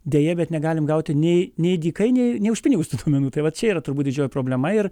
deja bet negalim gauti nei nei dykai nei už pinigus tų duomenų tai va čia ir turbūt didžioji problema ir